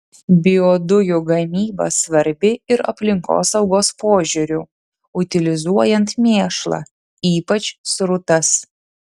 biodujų gamyba svarbi ir aplinkosaugos požiūriu utilizuojant mėšlą ypač srutas